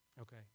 Okay